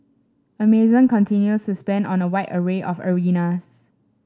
Amazon continues spend on a wide array of areas